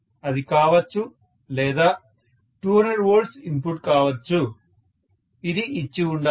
అది కావచ్చు లేదా 200 వోల్ట్స్ ఇన్పుట్ కావచ్చు ఇది ఇచ్చి ఉండాలి